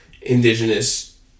indigenous